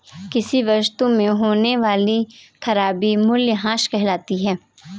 किसी वस्तु में होने वाली खराबी मूल्यह्रास कहलाती है